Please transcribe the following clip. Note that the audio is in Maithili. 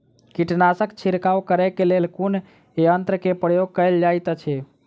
कीटनासक छिड़काव करे केँ लेल कुन यंत्र केँ प्रयोग कैल जाइत अछि?